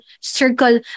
circle